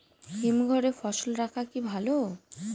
হিমঘরে ফসল রাখা কি ভালো?